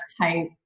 type